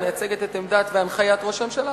את עמדת והנחיית ראש הממשלה,